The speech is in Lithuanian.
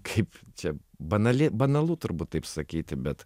kaip čia banali banalu turbūt taip sakyti bet